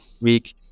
week